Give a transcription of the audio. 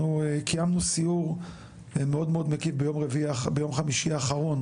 אנחנו קיימנו סיור מאוד מקיף ביום חמישי האחרון